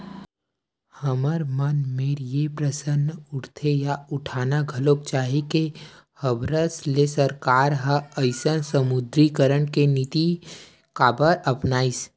हमर मन मेर ये प्रस्न उठथे या उठाना घलो चाही के हबरस ले सरकार ह अइसन विमुद्रीकरन के नीति काबर अपनाइस?